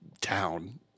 town